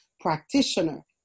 practitioner